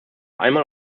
einmal